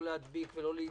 לא להדביק ולא להידבק,